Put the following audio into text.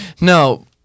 No